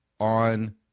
on